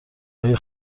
های